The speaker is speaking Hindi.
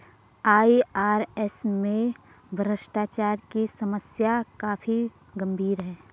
आई.आर.एस में भ्रष्टाचार की समस्या काफी गंभीर है